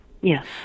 Yes